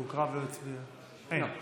אין.